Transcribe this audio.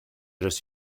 just